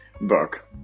book